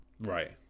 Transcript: Right